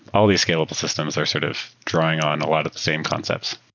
all these scalable systems are sort of drawing on a lot of the same concepts.